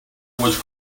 was